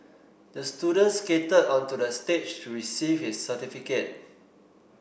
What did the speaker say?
the student skated onto the stage to receive his certificate